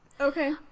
Okay